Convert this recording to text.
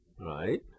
right